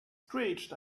screeched